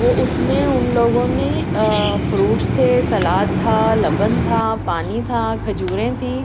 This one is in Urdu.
وہ اُس میں اُن لوگوں نے فروٹس تھے سلاد تھا لبن تھا پانی تھا کھجوریں تھی